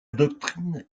doctrine